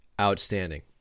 outstanding